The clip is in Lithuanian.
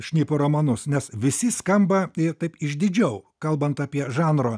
šnipo romanus nes visi skamba taip išdidžiau kalbant apie žanro